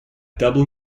dublin